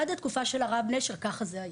עד התקופה של הרב נשר ככה זה היה.